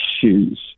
shoes